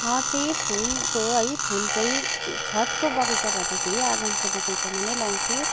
म चाहिँ फुलको है फुल चाहिँ छतको बगैँचामा भन्दाखेरि आँगनको बगैँचामा नै लगाउँछु